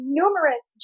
numerous